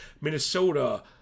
Minnesota